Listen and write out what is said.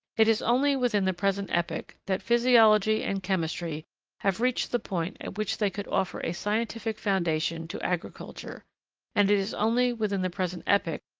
it is only within the present epoch, that physiology and chemistry have reached the point at which they could offer a scientific foundation to agriculture and it is only within the present epoch,